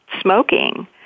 smoking